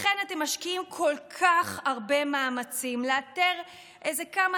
לכן אתם משקיעים כל כך הרבה מאמצים לאתר איזה כמה